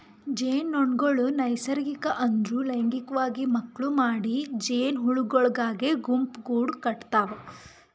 ಜೇನುನೊಣಗೊಳ್ ನೈಸರ್ಗಿಕ ಅಂದುರ್ ಲೈಂಗಿಕವಾಗಿ ಮಕ್ಕುಳ್ ಮಾಡಿ ಜೇನುಹುಳಗೊಳಾಗಿ ಗುಂಪುಗೂಡ್ ಕಟತಾವ್